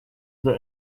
the